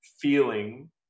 feeling